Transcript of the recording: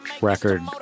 record